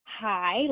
Hi